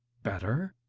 better?